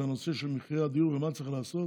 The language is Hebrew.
זה הנושא של מחירי הדיור ומה צריך לעשות